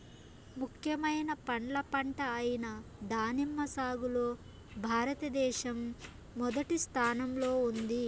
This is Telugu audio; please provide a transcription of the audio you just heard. ముఖ్యమైన పండ్ల పంట అయిన దానిమ్మ సాగులో భారతదేశం మొదటి స్థానంలో ఉంది